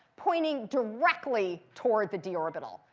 pointing directly toward the d orbital.